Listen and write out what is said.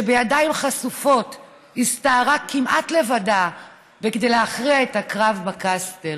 שבידיים חשופות הסתערה כמעט לבדה כדי להכריע את הקרב בקסטל?